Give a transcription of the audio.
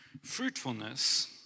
fruitfulness